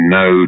no